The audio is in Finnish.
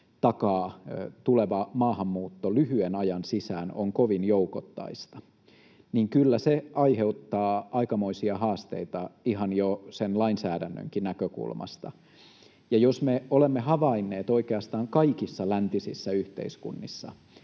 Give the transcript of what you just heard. takaa tuleva maahanmuutto lyhyen ajan sisään on kovin joukoittaista, niin kyllä se aiheuttaa aikamoisia haasteita ihan jo sen lainsäädännönkin näkökulmasta. Ja jos me olemme havainneet oikeastaan kaikissa läntisissä yhteiskunnissa,